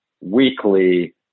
weekly